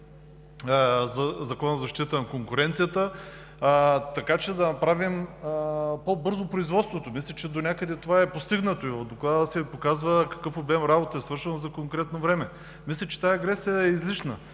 Закона за защита на конкуренцията, за да направим по-бързо производството. Мисля, че донякъде това е постигнато. В доклада се показва какъв обем работа е свършен за конкретно време. Мисля, че тази агресия е излишна.